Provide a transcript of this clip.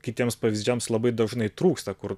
kitiems pavyzdžiams labai dažnai trūksta kur